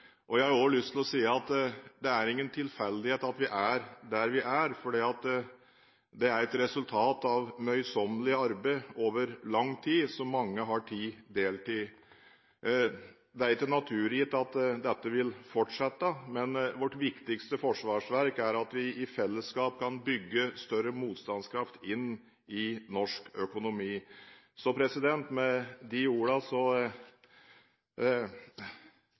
til. Jeg har også lyst til å si at det ikke er noen tilfeldighet at vi er der vi er. Det er et resultat av møysommelig arbeid over lang tid, som mange har tatt del i. Det er ikke naturgitt at dette vil fortsette, men vårt viktigste forsvarsverk er at vi i fellesskap kan bygge større motstandskraft inn i norsk økonomi. Med de